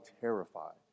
terrified